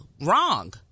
wrong